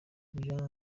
jean